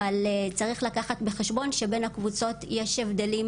אבל צריך לקחת בחשבון שבין הקבוצות יש הבדלים,